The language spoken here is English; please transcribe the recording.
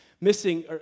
missing